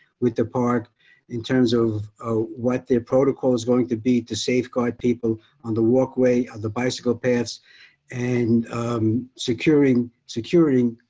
with the park in terms of ah what the protocol is going to be to safeguard people on the walkway of the bicycle paths and securing security,